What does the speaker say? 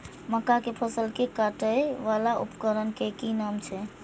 मक्का के फसल कै काटय वाला उपकरण के कि नाम छै?